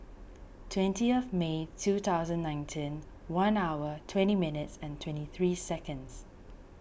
twentieth May two thousand nineteen one hour twenty minutes and twenty three seconds